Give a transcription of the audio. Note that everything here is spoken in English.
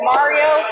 Mario